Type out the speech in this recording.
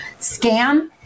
scam